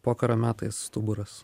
pokario metai stuburas